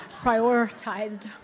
prioritized